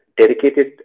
dedicated